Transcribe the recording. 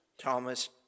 Thomas